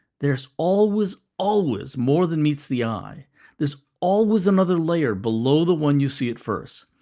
there's always, always more than meets the eye there's always another layer below the one you see at first.